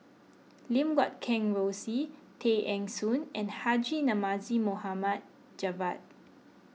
Lim Guat Kheng Rosie Tay Eng Soon and Haji Namazie Mohamed Javad